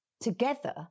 Together